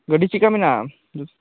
ᱜᱟᱺᱰᱤ ᱪᱮᱫ ᱞᱮᱠᱟ ᱢᱮᱱᱟᱜᱼᱟ ᱦᱮᱸ